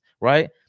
Right